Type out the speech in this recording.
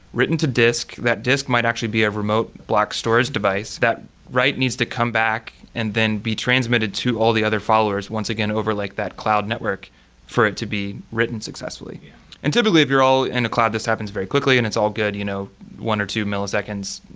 written to disk. that disk might actually be a remote block storage device, that write needs to come back and then be transmitted to all the other followers, once again, over like that cloud network for it to be written successfully and typically, if you're all in the cloud this happens very quickly and it's all good. you know one or two milliseconds,